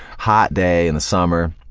hot day in the summer,